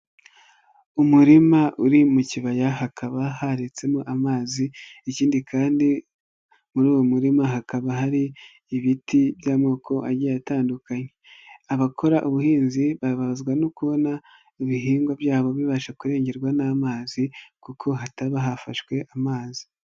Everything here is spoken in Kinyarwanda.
Umurima uri mu kibaya hakaba haretsemo amazi, ikindi kandi muri uwo murima hakaba hari ibiti by'amoko agiye atandukanye. Abakora ubuhinzi bababazwa no kubona ibihingwa byabo bibasha kurengerwa n'amazi, kuko hataba hafashwe amazi.